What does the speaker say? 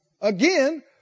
Again